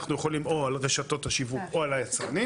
אנחנו יכולים או על רשתות השיווק או על היצרנים.